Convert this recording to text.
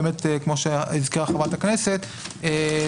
כמו שהזכירה חברת הכנסת עטייה,